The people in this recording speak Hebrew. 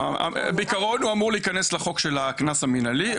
בעיקרון הוא אמור להיכנס לחוק של הקנס המנהלי.